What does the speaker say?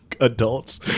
adults